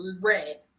red